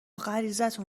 غریزتون